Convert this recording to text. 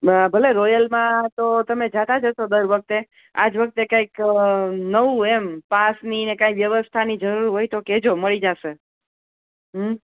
હા ભલે રોયલમાં તો તમે જતા જ હશો આ દર વખતે આ જ વખતે કંઈક નવું એમ પાસની ને કાંઈ વ્યવસ્થાની જરૂર હોય તો કહેજો મળી જશે હમ